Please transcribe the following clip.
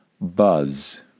buzz